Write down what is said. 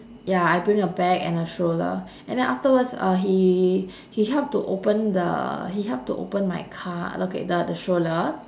ya I bring a bag and a stroller and then the afterwards uh he he help to open the he help to open my car okay the the stroller